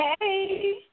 Hey